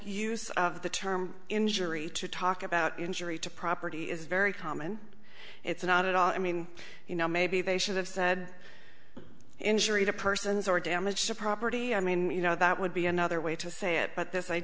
use of the term injury to talk about injury to property is very common it's not at all i mean you know maybe they should have said injury to persons or damage to property i mean you know that would be another way to say it but this i